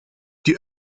die